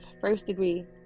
first-degree